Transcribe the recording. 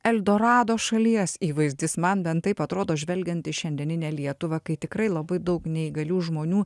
eldorado šalies įvaizdis man bent taip atrodo žvelgiant į šiandieninę lietuvą kai tikrai labai daug neįgalių žmonių